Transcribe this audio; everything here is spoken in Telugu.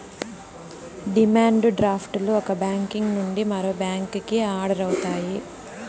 డిమాండ్ డ్రాఫ్ట్ లు ఒక బ్యాంక్ నుండి మరో బ్యాంకుకి ఆర్డర్ అవుతాయి